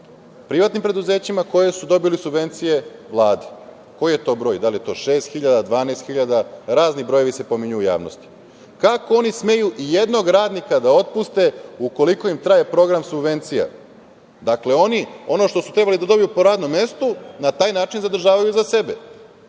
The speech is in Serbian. privatnim preduzećima koja su dobila subvencije Vlade? Koji je to broj? Da li je to šest hiljada, 12 hiljada? Razni brojevi se pominju u javnosti. Kako oni smeju ijednog radnika da otpuste ukoliko im traje program subvencija? Dakle, oni ono što su trebali da dobiju po radnom mestu na taj način zadržavaju za sebe.